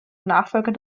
nachfolger